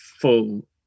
full